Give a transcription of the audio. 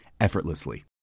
effortlessly